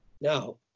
Now